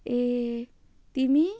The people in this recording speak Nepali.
ए तिमी